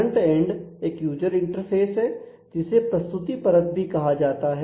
front end एक user interface है जिसे प्रस्तुति परत भी कहा जाता है